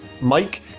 Mike